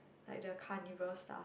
like the carnival stuff